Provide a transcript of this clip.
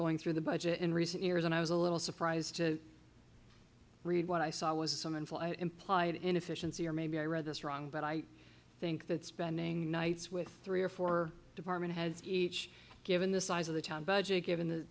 going through the budget in recent years and i was a little surprised to read what i saw was some inflight implied inefficiency or maybe i read this wrong but i think that spending nights with three or four department heads each given the size of the town budget given the